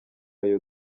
ayo